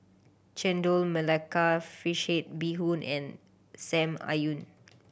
Chendol Melaka fish head bee hoon and Sam